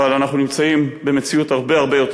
אבל אנחנו נמצאים במציאות הרבה הרבה יותר